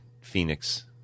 phoenix